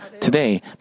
today